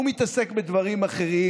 הוא מתעסק בדברים אחרים,